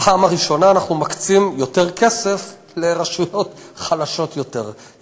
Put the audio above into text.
בפעם הראשונה אנחנו מקצים יותר כסף לרשויות חלשות יותר.